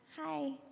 Hi